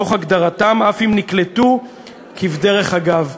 תוך הגדרתם, אף אם נקלטו כבדרך אגב.